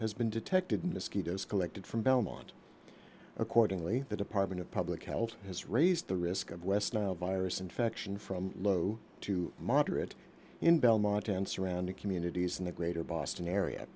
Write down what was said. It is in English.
has been detected mosquitoes collected from belmont accordingly the department of public health has raised the risk of west nile virus infection from low to moderate in belmont and surrounding communities in the greater boston area